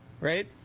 right